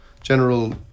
general